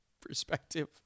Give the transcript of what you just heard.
perspective